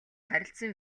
харилцан